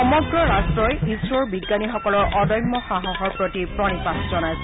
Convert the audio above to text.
সমগ্ৰ ৰাষ্টই ইছৰোৰ বিজ্ঞানীসকলৰ অদম্য সাহসৰ প্ৰতি প্ৰণিপাত জনাইছে